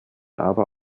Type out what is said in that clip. aber